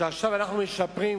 שעכשיו אנחנו משפרים,